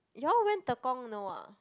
you all went Tekong no ah